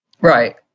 Right